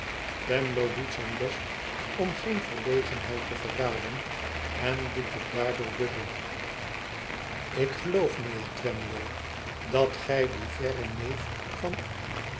doet zijn best om geen verlegenheid te verraden en doet het daardoor dubbel ik geloof mijnheer twemlow dat gij dien verren neefvanu